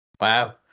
Wow